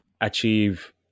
achieve